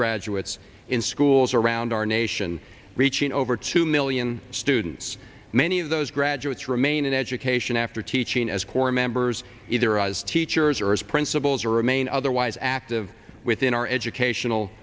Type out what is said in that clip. graduates in schools around our nation reaching over two million students many of those graduates remain in education after teaching as core members either as teachers or as principals or remain otherwise active within our educational